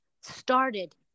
started